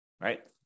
right